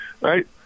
right